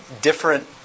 different